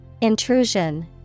Intrusion